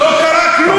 לא קרה כלום.